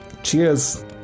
Cheers